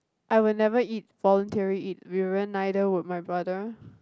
I will never eat voluntary eat Durian neither would my brother